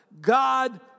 God